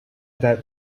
that